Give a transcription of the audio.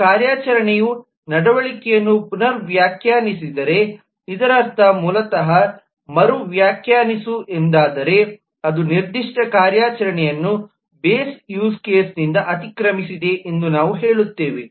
ಇದು ಕಾರ್ಯಾಚರಣೆಯ ನಡವಳಿಕೆಯನ್ನು ಪುನರ್ ವ್ಯಾಖ್ಯಾನಿಸಿದರೆ ಇದರರ್ಥ ಮೂಲತಃ ಮರು ವ್ಯಾಖ್ಯಾನಿಸು ಎಂದಾದರೆ ಅದು ನಿರ್ದಿಷ್ಟ ಕಾರ್ಯಾಚರಣೆಯನ್ನು ಬೇಸ್ ಯೂಸ್ ಕೇಸ್ನಿಂದ ಅತಿಕ್ರಮಿಸಿದೆ ಎಂದು ನಾವು ಹೇಳುತ್ತೇವೆ